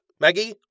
Maggie